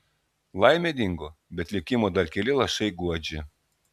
laimė dingo bet likimo dar keli lašai guodžia